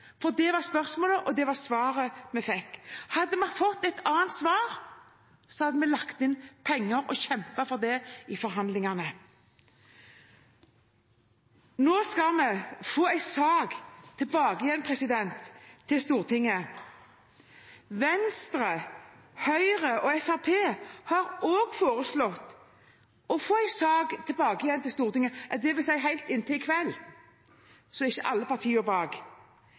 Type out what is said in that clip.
for det var spørsmålet, og det var svaret vi fikk. Hadde vi fått et annet svar, hadde vi lagt inn penger og kjempet for det i forhandlingene. Nå skal vi få en sak tilbake igjen til Stortinget. Venstre, Høyre og Fremskrittspartiet har også foreslått å få en sak tilbake igjen til Stortinget – dvs. helt inntil i kveld, nå står ikke alle partiene bak.